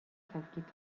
zaizkit